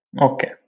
okay